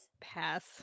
pass